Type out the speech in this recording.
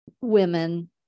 women